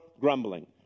grumbling